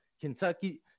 Kentucky